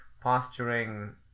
posturing